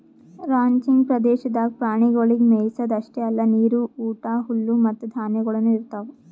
ranching ಪ್ರದೇಶದಾಗ್ ಪ್ರಾಣಿಗೊಳಿಗ್ ಮೆಯಿಸದ್ ಅಷ್ಟೆ ಅಲ್ಲಾ ನೀರು, ಊಟ, ಹುಲ್ಲು ಮತ್ತ ಧಾನ್ಯಗೊಳನು ಇರ್ತಾವ್